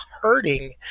hurting